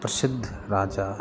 प्रसिद्ध राजा